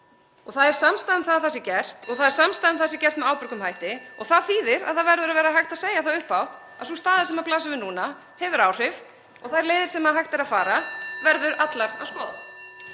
og það er samstaða um að það sé gert (Forseti hringir.) og það er samstaða um að það sé gert með ábyrgum hætti. Það þýðir að það verður að vera hægt að segja það upphátt að sú staða sem blasir við núna hefur áhrif og þær leiðir sem hægt er að fara verður allar að skoða.